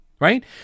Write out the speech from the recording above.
Right